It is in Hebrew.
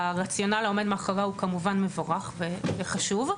הרציונל שעומד מאחוריה הוא כמובן מבורך וחשוב,